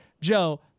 Joe